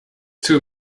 two